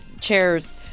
chairs